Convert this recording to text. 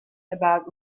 about